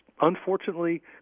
Unfortunately